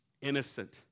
innocent